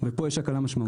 ופה יש הקלה משמעותית.